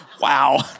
Wow